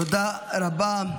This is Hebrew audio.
תודה רבה.